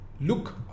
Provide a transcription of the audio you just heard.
look